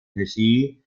regie